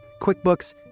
QuickBooks